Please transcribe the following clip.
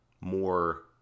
more